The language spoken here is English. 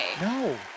No